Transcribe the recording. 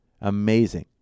Amazing